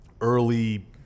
early –